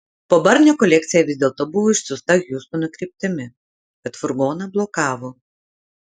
po barnio kolekcija vis dėlto buvo išsiųsta hjustono kryptimi bet furgoną blokavo